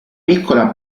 piccola